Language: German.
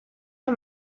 von